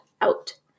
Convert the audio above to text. out